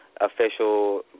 official